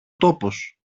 τόπος